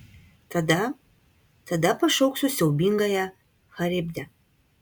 tada tada pašauksiu siaubingąją charibdę